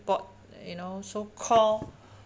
bought you know so call